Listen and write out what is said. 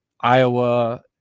iowa